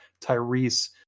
Tyrese